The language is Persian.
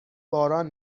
باران